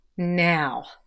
Now